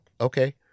okay